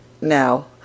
Now